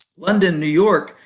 london, new york,